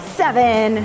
seven